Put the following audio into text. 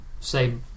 say